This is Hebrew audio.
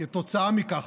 כתוצאה מכך,